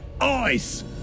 Ice